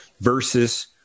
versus